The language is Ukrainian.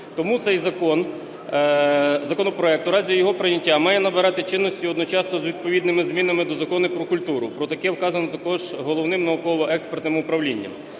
Тому цей законопроект в разі його прийняття має набирати чинності одночасно з відповідними змінами до Закону "Про культуру". Про таке вказано також Головним науково-експертним управлінням.